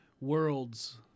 worlds